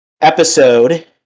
episode